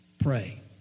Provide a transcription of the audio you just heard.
pray